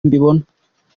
mbibona